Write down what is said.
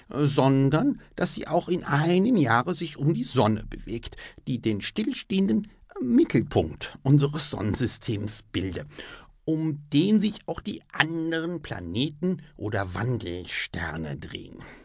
sondern daß sie auch in einem jahre sich um die sonne bewegt die den stillstehenden mittelpunkt unseres sonnensystems bilde um den sich auch die andern planeten oder wandelsterne drehen